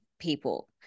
people